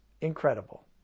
incredible